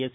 S